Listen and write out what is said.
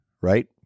Right